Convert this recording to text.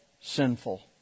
sinful